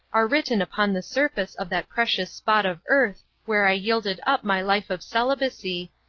are written upon the surface of that precious spot of earth where i yielded up my life of celibacy,